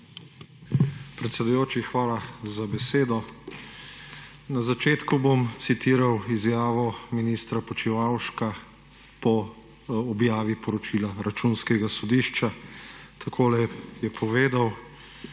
Predsedujoči, hvala za besedo. Na začetku bom citiral izjavo ministra Počivalška po objavi poročila Računskega sodišča. Takole je povedal: